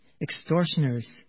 extortioners